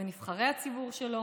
בנבחרי הציבור שלו